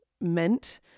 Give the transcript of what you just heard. meant